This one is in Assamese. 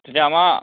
তেতিয়া আমাৰ